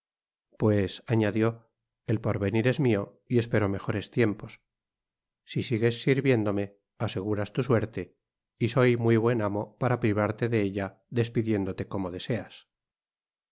pues añadió el porvenir es mio y espero mejores tiempos si sigues sirviéndome aseguras tu suerte y soy muy buen amo para privarte de ella despidiéndote como deseas